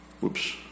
Whoops